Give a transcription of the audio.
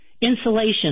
insulation